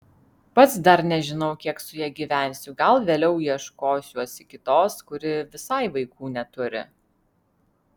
pats dar nežinau kiek su ja gyvensiu gal vėliau ieškosiuosi kitos kuri visai vaikų neturi